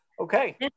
Okay